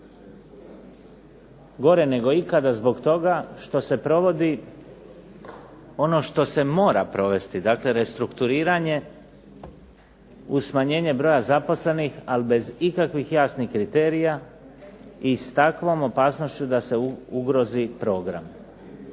Gore nego ikada zbog toga što se provodi ono što se mora provesti, dakle restrukturiranje uz smanjenje broja zaposlenih, ali bez ikakvih jasnih kriterija i s takvom opasnošću da se ugrozi program.